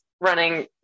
running